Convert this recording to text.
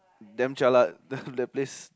damn jialat let's look that place